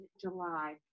July